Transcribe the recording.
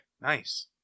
Nice